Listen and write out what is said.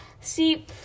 See